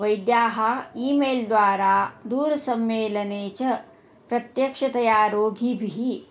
वैद्याः email द्वारा दूरसम्मेलने च प्रत्यक्षतया रोगिभिः